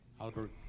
Albert